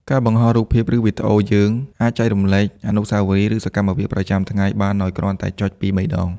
ការបង្ហោះរូបភាព ឬវីដេអូយើង អាចចែករំលែកអនុស្សាវរីយ៍ ឬសកម្មភាពប្រចាំថ្ងៃបានដោយគ្រាន់តែចុចពីរបីដង។